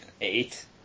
Eight